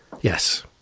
Yes